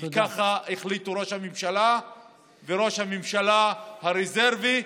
כי ככה החליטו ראש הממשלה וראש הממשלה הרזרבי,